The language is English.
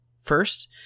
first